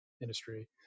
industry